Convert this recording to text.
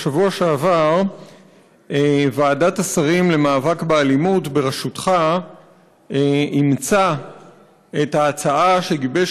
בשבוע שעבר ועדת השרים למאבק באלימות בראשותך אימצה את ההצעה שגיבש